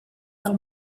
del